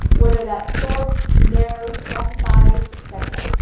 whether that sorts, narrows, specifies, etcetera.